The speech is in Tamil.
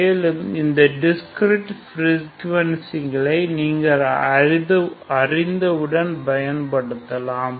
மேலும் இந்த டிஸ்க்ரீட் பிரிகுவன்ஷிகளை நீங்கள் அறிந்தவுடன் பயன்படுத்தலாம்